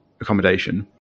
accommodation